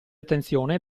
attenzione